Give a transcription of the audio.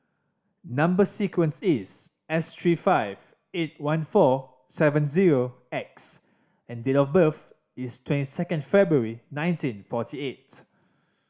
number sequence is S three five eight one four seven zero X and date of birth is twenty second February nineteen forty eight